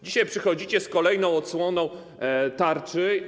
Dzisiaj przychodzicie z kolejną odsłoną tarczy.